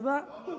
תודה רבה.